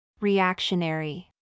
Reactionary